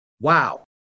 Wow